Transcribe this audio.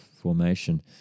formation